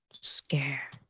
scare